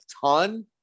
ton